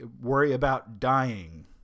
worry-about-dying